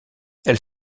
elle